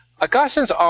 Augustine's